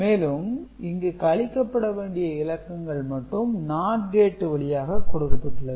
மேலும் இங்கு கழிக்கப்பட வேண்டிய இலக்கங்கள் மட்டும் NOT கேட்டு வழியாக கொடுக்கப்பட்டுள்ளது